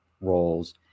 roles